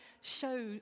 show